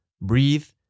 breathe